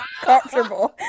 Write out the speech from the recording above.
comfortable